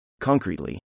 Concretely